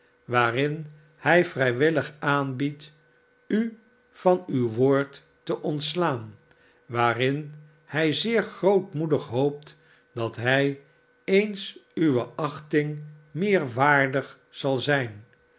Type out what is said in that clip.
waarin hij vrijwillig aanbiedt u van uw woord te ontslaan waarin hij zeer grootmoedig hoopt dat hij eens uwe achting meer waardig zal zijn